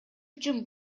үчүн